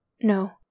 No